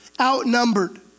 outnumbered